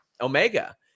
Omega